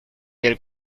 del